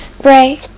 Bray